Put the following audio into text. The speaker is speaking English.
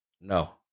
No